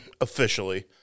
officially